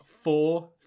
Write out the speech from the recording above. four